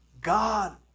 God